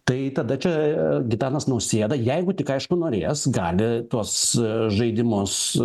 tai tada čia gitanas nausėda jeigu tik aišku norės gali tuos žaidimus